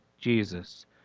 Jesus